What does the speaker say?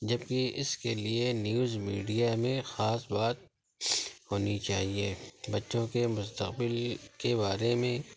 جب کہ اس کے لیے نیوز میڈیا میں خاص بات ہونی چاہیے بچوں کے مستقبل کے بارے میں